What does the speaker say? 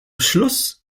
schluss